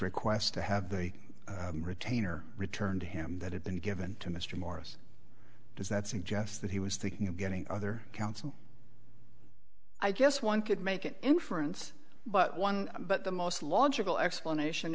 request to have the retainer returned him that had been given to mr morris does that suggest that he was thinking of getting other counsel i guess one could make an inference but one but the most logical explanation